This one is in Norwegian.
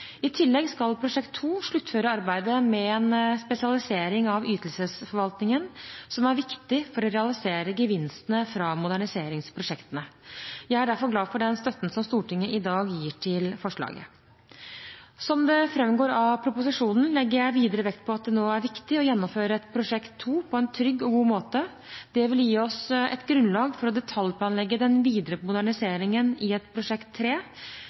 I tillegg skal Prosjekt 2 sluttføre arbeidet med en spesialisering av ytelsesforvaltningen, som er viktig for å realisere gevinstene fra moderniseringsprosjektene. Jeg er derfor glad for støtten Stortinget i dag gir til forslaget. Som det framgår av proposisjonen, legger jeg videre vekt på at det nå er viktig å gjennomføre et Prosjekt 2 på en trygg og god måte. Det vil gi oss et grunnlag for å detaljplanlegge den videre moderniseringen i et Prosjekt